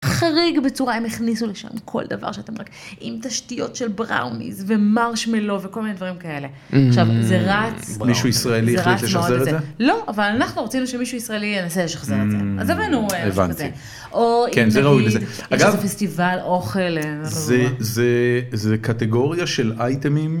חריג בצורה, הם הכניסו לשם כל דבר שאתם רק... עם תשתיות של בראוניז ומרשמלו וכל מיני דברים כאלה. עכשיו זה רץ בואו, מישהו ישראלי החליט לשחזר את זה? לא, זה רץ מאוד את זה, לא אבל אנחנו רצינו שמישהו ישראלי ינסה לשחזר את זה, אז הבאנו מישהו כזה, או אם נגיד יש לנו פסטיבל אוכל, זה קטגוריה של אייטמים.